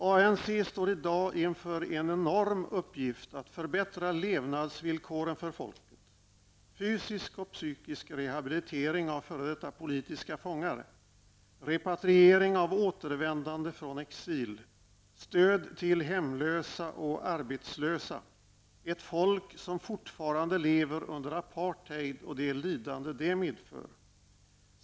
ANC står i dag inför en enorm uppgift att förbättra levnadsvillkoren för folket -- fysisk och psykisk rehabilitering av f.d. politiska fångar, repatriering av återvändande från exil, stöd till hemlösa och arbetslösa -- ett folk som fortfarande lever under apartheid och det lidande det medför.